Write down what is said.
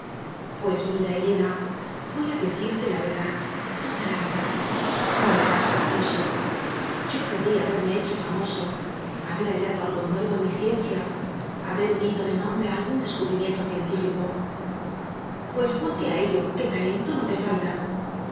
pues mira helena voy a decirte la verdad toda la verdad no me basta con eso yo querría haberme hecho famoso haber hallado algo nuevo en mi ciencia haber uni do mi nombre a algún descubrimiento cien tífico pues ponte a ello que talento no te falta